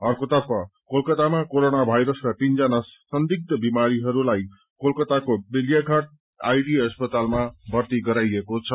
अर्कोतर्फ Kolkata corona virus तीनजना संदिग्ध बिरामीहरूलाई कोलकाताको बेलियाघाट आईडि अस्पतालमा भर्ती गराइएको छ